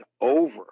over